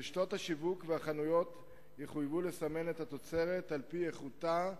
רשתות השיווק והחנויות יחויבו לסמן את התוצרת על-פי איכותה,